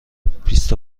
بیست